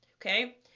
Okay